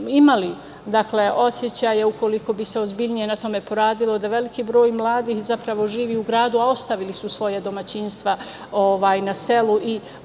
imali osećaja, ukoliko bi se ozbiljnije na tome radilo, da veliki broj mladih zapravo živi u gradu, a ostavili su svoja domaćinstva na selu i potrebno